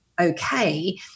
okay